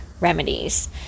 remedies